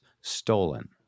stolen